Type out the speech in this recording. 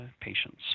patients